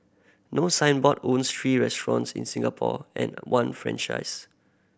no Signboard owns three restaurants in Singapore and one franchisee